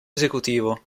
esecutivo